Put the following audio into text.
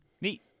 neat